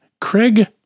craig